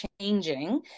changing